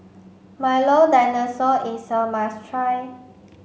Milo Dinosaur is a must try